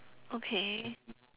okay